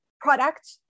product